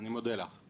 אני מודה לך.